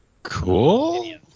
Cool